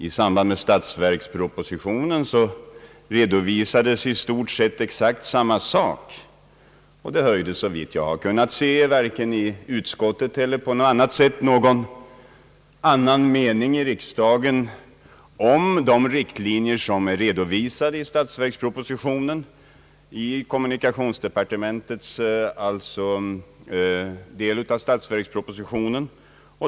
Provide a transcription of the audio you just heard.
I samband med statsverkspropositionen redovisades i stort sett samma sak, och det höjdes såvitt jag har kunnat se varken i utskottet eller på annat sätt i riksdagen någon röst mot de riktlinjer som redovisades i kommunikationsdepartementets del av statsverkspropositionen.